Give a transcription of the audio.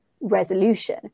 resolution